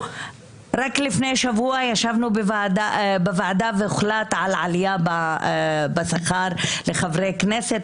רק לפני שבוע ישבנו בוועדה והוחלט על עלייה בשכר לחברי כנסת.